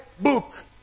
book